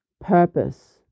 purpose